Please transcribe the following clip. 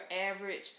average